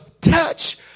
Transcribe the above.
touch